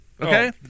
Okay